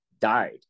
died